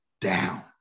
down